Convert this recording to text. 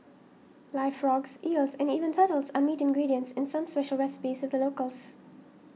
live frogs eels and even turtles are meat ingredients in some special recipes of the locals